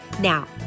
Now